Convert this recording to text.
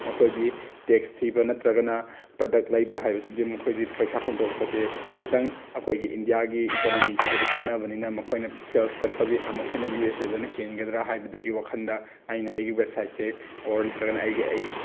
ꯃꯈꯣꯏꯗꯤ ꯇꯦꯛꯁ ꯊꯤꯕ ꯅꯠꯇ꯭ꯔꯒꯅ ꯄ꯭ꯔꯗꯛ ꯂꯩꯕ ꯍꯥꯏꯕꯁꯤꯗꯤ ꯃꯈꯣꯏꯗꯤ ꯄꯩꯁꯥ ꯍꯨꯟꯇꯣꯛꯄꯁꯦ ꯈꯤꯇꯪ ꯑꯩꯈꯣꯏꯒꯤ ꯏꯟꯗꯤꯌꯥꯒꯤ ꯏꯀꯅꯃꯤꯁꯤꯒꯗꯤ ꯈꯦꯅꯕꯅꯤꯅ ꯃꯈꯣꯏꯅ ꯁꯦꯜꯁ ꯆꯠꯄꯗꯤ ꯑꯃꯨꯛ ꯍꯦꯟꯅ ꯌꯨ ꯑꯦꯁ ꯑꯦꯗꯅ ꯍꯦꯟꯒꯗ꯭ꯔꯥ ꯍꯥꯏꯕꯗꯨꯒꯤ ꯋꯥꯈꯟꯗ ꯑꯩꯅ ꯑꯩꯒꯤ ꯋꯦꯞꯁꯥꯏꯠꯁꯦ ꯑꯣꯔ ꯅꯠꯇ꯭ꯔꯒꯅ ꯑꯩꯒꯤ